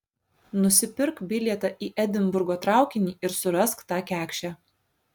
nusipirk bilietą į edinburgo traukinį ir surask tą kekšę